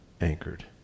anchored